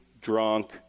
drunk